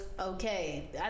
okay